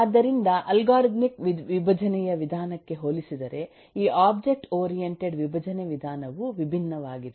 ಆದ್ದರಿಂದ ಅಲ್ಗಾರಿದಮಿಕ್ ವಿಭಜನೆಯ ವಿಧಾನಕ್ಕೆ ಹೋಲಿಸಿದರೆ ಈ ಒಬ್ಜೆಕ್ಟ್ ಓರಿಯಂಟೆಡ್ ವಿಭಜನೆ ವಿಧಾನವು ವಿಭಿನ್ನವಾಗಿದೆ